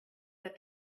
that